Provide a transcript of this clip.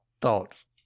Thoughts